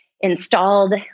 installed